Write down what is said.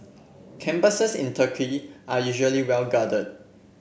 campuses in Turkey are usually well guarded